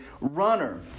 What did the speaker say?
runner